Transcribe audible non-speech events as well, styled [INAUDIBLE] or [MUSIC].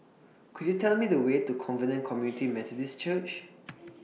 Could YOU Tell Me The Way to Covenant Community Methodist Church [NOISE]